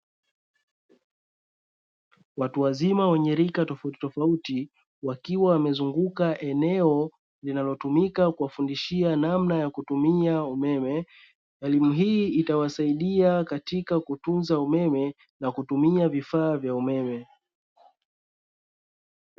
Watu wazima wenye rika tofautitofauti, wakiwa wamezunguka eneo linalotumika kuwafundishia namna ya kutumia umeme. Elimu hii itawasaidia katika kutunza umeme na kutumia vifaa vya umeme.